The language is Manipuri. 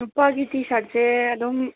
ꯅꯨꯄꯥꯒꯤ ꯇꯤ ꯁꯥꯔꯠꯁꯦ ꯑꯗꯨꯝ